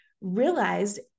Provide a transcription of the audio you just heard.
realized